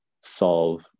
solve